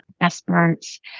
experts